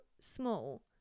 small